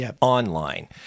online